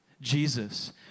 Jesus